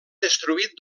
destruït